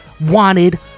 wanted